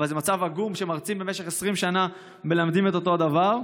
אבל זה מצב עגום שמרצים במשך 20 שנה מלמדים את אותו הדבר.